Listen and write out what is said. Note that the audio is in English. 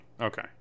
Okay